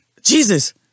Jesus